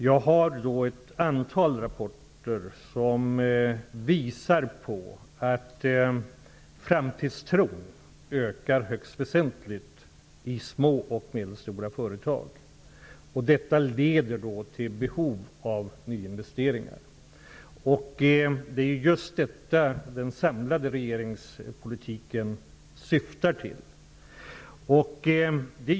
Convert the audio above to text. Jag har ett antal rapporter som visar att framtidstron ökar högst väsentligt i små och medelstora företag, och detta leder till behov av nyinvesteringar. Det är just detta den samlade regeringspolitiken syftar till.